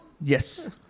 Yes